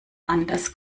anders